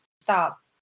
Stop